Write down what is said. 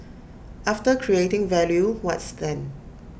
after creating value what's then